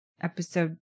episode